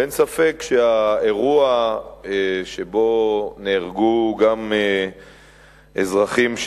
ואין ספק שהאירוע שבו נהרגו גם אזרחים,